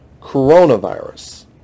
coronavirus